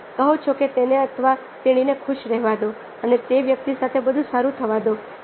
તમે કહો છો કે તેને અથવા તેણી ને ખુશ રહેવા દો અને તે વ્યક્તિ સાથે બધું સારું થવા દો